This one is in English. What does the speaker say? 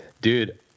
dude